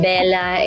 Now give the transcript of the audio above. Bella